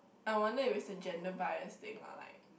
I wonder if it's a gender bias thing lah like